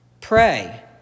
Pray